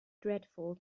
dreadful